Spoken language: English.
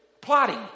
plotting